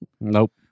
Nope